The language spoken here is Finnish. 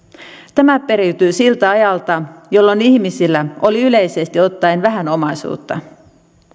tämä periytyy siltä ajalta jolloin ihmisillä oli yleisesti ottaen vähän omaisuutta